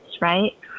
right